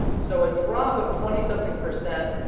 so a drop of twenty something percent,